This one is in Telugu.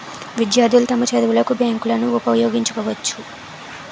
విద్యార్థులు తమ చదువులకు బ్యాంకులను ఉపయోగించుకోవచ్చు